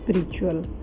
spiritual